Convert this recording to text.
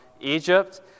Egypt